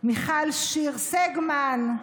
מיכל שיר סגמן,